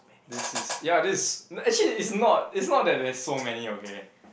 this is ya this is actually it's not it's not that there's so many okay